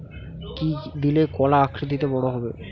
কি দিলে কলা আকৃতিতে বড় হবে?